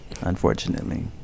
unfortunately